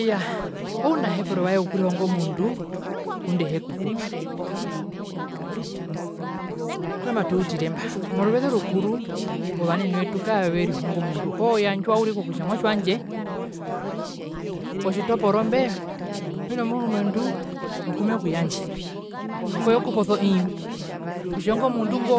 Iyaa ounahepero wae okurihonga omundu ngunda ehekukupa, kuarama tuutiremba moruveze orukuru ovanene vetu kaaverihongo mundu ooyandjwa uriri kokutja mwatje wandje potjitoporo mbee peno murumendu okumekuyandja kwee okuposa o ii kutja ingo mundu ngo